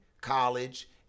college